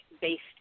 based